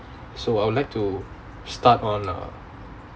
so I would like to start on uh